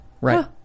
Right